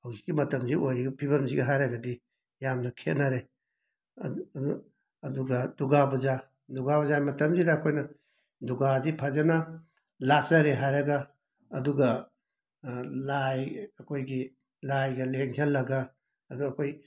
ꯍꯧꯖꯤꯛꯀꯤ ꯃꯇꯝꯁꯦ ꯑꯣꯏꯔꯤꯕ ꯐꯤꯕꯝꯁꯤꯒ ꯍꯥꯏꯔꯒꯗꯤ ꯌꯥꯝꯅ ꯈꯦꯠꯅꯔꯦ ꯑꯗꯨꯒ ꯗꯨꯒꯥ ꯄꯨꯖꯥ ꯗꯨꯒꯥ ꯄꯨꯖꯥ ꯃꯇꯝꯁꯤꯗ ꯑꯩꯈꯣꯏꯅ ꯗꯨꯒꯥꯁꯤ ꯐꯖꯅ ꯂꯥꯠꯆꯔꯦ ꯍꯥꯏꯔꯒ ꯑꯗꯨꯒ ꯂꯥꯏ ꯑꯩꯈꯣꯏꯒꯤ ꯂꯥꯏꯒ ꯂꯦꯡꯁꯜꯂꯒ ꯑꯗꯨ ꯑꯩꯈꯣꯏ